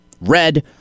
red